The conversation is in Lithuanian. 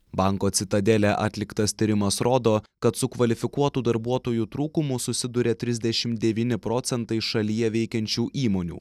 banko citadelė atliktas tyrimas rodo kad su kvalifikuotų darbuotojų trūkumu susiduria trisdešimt devyni procentai šalyje veikiančių įmonių